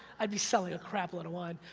i'd be selling a crapload of wine.